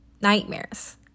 nightmares